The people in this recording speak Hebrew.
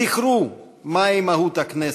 זכרו מהי מהות הכנסת,